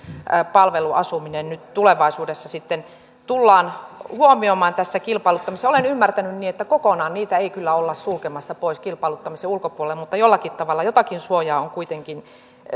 palveluasuminen nyt tulevaisuudessa sitten tullaan huomioimaan tässä kilpailuttamisessa olen ymmärtänyt niin että kokonaan niitä ei kyllä olla sulkemassa pois kilpailuttamisen ulkopuolelle mutta että jotakin suojaa on kuitenkin